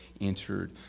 entered